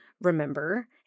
remember